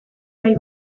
bai